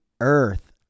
earth